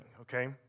okay